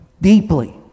deeply